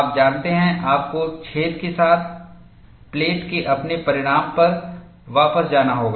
आप जानते हैं आपको एक छेद के साथ प्लेट के अपने परिणाम पर वापस जाना होगा